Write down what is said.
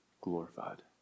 glorified